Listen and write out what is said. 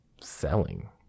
selling